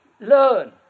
learn